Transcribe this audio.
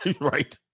right